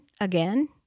again